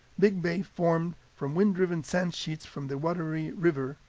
big bay formed from wind-driven sand sheets from the wateree river,